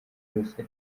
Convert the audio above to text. yose